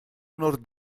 nord